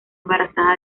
embarazada